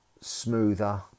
smoother